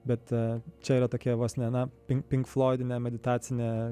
bet čia yra tokia vos ne na pinkfloidinė meditacinė